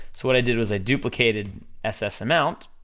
so what i did was i duplicated ss amount,